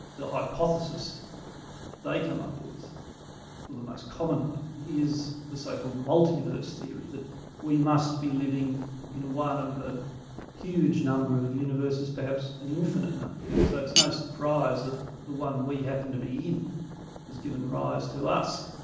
the hypothesis they come up with, or the most common one, is the so-called multi-verse theory, that we must be living in one of a huge number of universes, perhaps an infinite number, so it's no surprise that the one we happen to be in has given rise to us.